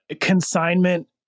consignment